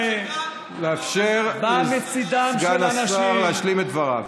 לאפשר לסגן השרה להשלים את דבריו.